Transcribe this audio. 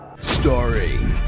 Starring